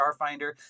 Starfinder